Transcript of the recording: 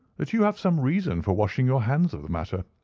that you have some reason for washing your hands of the matter.